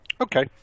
Okay